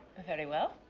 very well.